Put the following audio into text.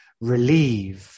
relieve